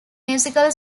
musical